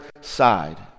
side